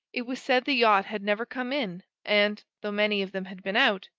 it was said the yacht had never come in, and, though many of them had been out,